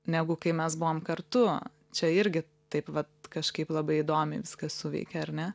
negu kai mes buvom kartu čia irgi taip vat kažkaip labai įdomiai viskas suveikė ar ne